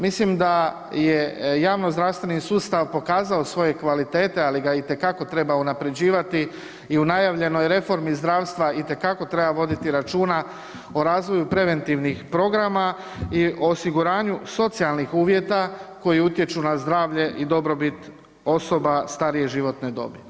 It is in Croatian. Mislim da je javnozdravstveni sustav pokazao svoje kvalitete, ali ga itekako treba unapređivati i u najavljenoj reformi zdravstva itekako treba voditi računa o razvoju preventivnih programa i o osiguranju socijalnih uvjeta koji utječu na zdravlje i dobrobit osoba starije životne dobi.